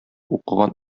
укыган